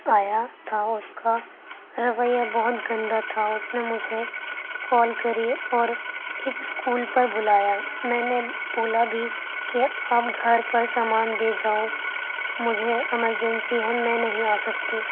آیا تھا اس کا رویہ بہت گندہ تھا اس نے مجھے کال کری اور ایک اسکول پر بلایا میں نے بولا بھی کہ آپ گھر پر سامان دے جاؤ مجھے ایمرجنسی ہے میں نہیں آ سکتی